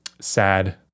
sad